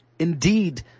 Indeed